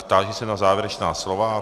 Táži se na závěrečná slova.